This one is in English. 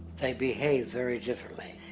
they'd behave very differently.